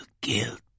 guilt